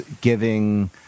giving